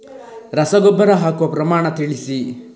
ರಸಗೊಬ್ಬರ ಹಾಕುವ ಪ್ರಮಾಣ ತಿಳಿಸಿ